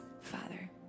Father